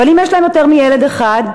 ואם יש להם יותר מילד אחד?